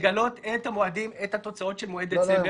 לגלות את התוצאות של מועד דצמבר.